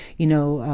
you know,